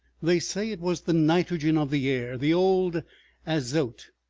they say it was the nitrogen of the air, the old azote,